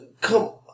come